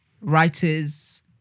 writers